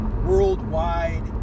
worldwide